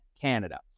Canada